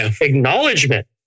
acknowledgement